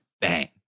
bang